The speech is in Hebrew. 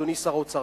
אדוני שר האוצר,